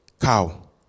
cow